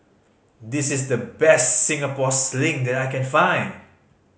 this is the best Singapore Sling that I can find